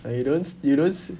like you don't s~ you don't se~